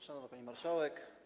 Szanowna Pani Marszałek!